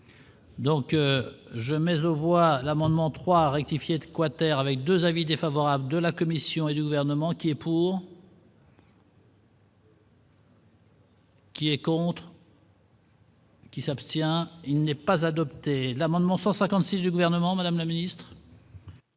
Donc je mets je vois l'amendement 3 rectifier de quater avec 2 avis défavorables de la Commission et du gouvernement qui est pour. Qui est contre. Qui s'abstient, il n'est pas adopté l'amendement 156 du gouvernement, Madame la Ministre.